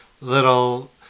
little